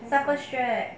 suffered stretch